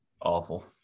awful